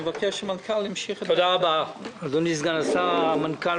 מר משה בר סימן טוב,